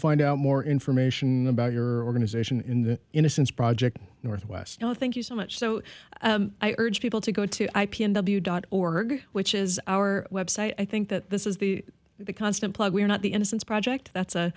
find out more information about your going to zation in the innocence project northwest no thank you so much so i urge people to go to i p m w dot org which is our website i think that this is the the constant plug we're not the innocence project that's a